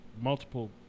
multiple